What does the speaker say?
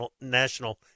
National